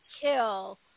kill